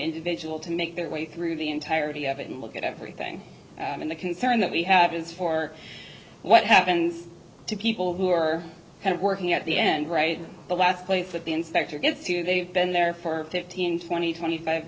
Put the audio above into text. individual to make their way through the entirety of it and look at everything and the concern that we have is for what happens to people who are kind of working at the end right the last place that the inspector gets to they've been there for fifteen twenty twenty five